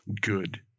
good